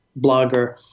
blogger